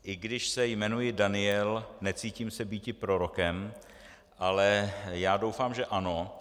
I když se jmenuji Daniel, necítím se býti prorokem, ale doufám, že ano.